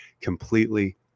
completely